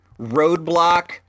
Roadblock